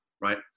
Right